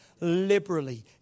liberally